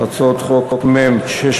הצעת חוק מ/695,